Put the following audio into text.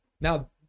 now